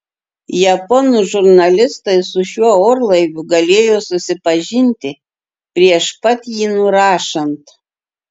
japonų žurnalistai su šiuo orlaiviu galėjo susipažinti prieš pat jį nurašant